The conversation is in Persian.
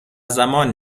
زمان